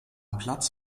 platz